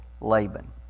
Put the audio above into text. Laban